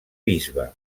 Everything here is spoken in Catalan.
bisbe